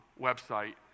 website